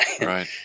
Right